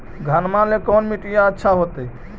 घनमा ला कौन मिट्टियां अच्छा होतई?